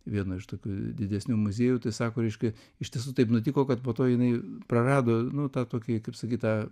vieno iš tokių didesnių muziejų tai sako reiškia iš tiesų taip nutiko kad po to jinai prarado nu tą tokį kaip sakyt tą